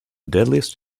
deadliest